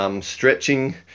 Stretching